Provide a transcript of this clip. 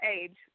age –